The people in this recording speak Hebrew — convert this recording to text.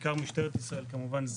בעיקר משטרת ישראל כמובן,